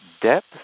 Depth